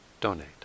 donate